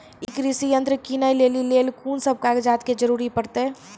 ई कृषि यंत्र किनै लेली लेल कून सब कागजात के जरूरी परतै?